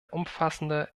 umfassende